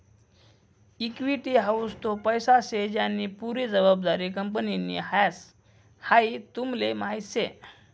equity हाऊ तो पैसा शे ज्यानी पुरी जबाबदारी कंपनीनि ह्रास, हाई तुमले माहीत शे